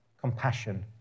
compassion